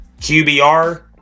QBR